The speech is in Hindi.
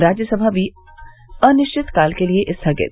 राज्यसभा भी अनिश्चित काल के लिए स्थगित